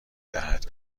دهد